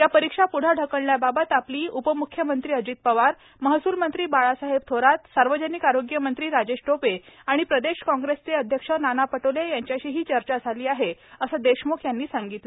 या परीक्षा प्ढे ढकलण्या बाबत आपली उपम्ख्यमंत्री अजित पवार महसूल मंत्री बाळासाहेब थोरात सार्वजनिक आरोग्य मंत्री राजेश टोपे आणि प्रदेश काँग्रेसचे अध्यक्ष नाना पटोले यांच्याशीही चर्चा झाली आहे असं देशम्ख यांनी सांगितलं